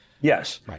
Yes